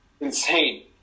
insane